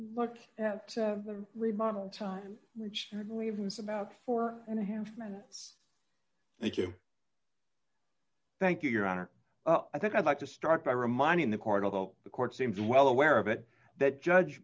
look at the remodel time which i believe was about four and a half minutes thank you thank you your honor i think i'd like to start by reminding the court although the court seems well aware of it that judge